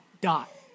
dot